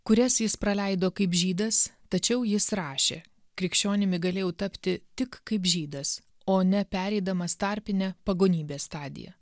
kurias jis praleido kaip žydas tačiau jis rašė krikščionimi galėjau tapti tik kaip žydas o ne pereidamas tarpinę pagonybės stadiją